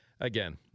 Again